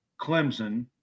Clemson